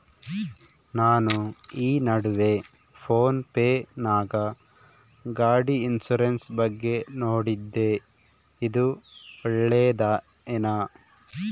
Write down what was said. ನಾನು ಈ ನಡುವೆ ಫೋನ್ ಪೇ ನಾಗ ಗಾಡಿ ಇನ್ಸುರೆನ್ಸ್ ಬಗ್ಗೆ ನೋಡಿದ್ದೇ ಇದು ಒಳ್ಳೇದೇನಾ?